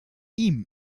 ihm